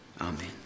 Amen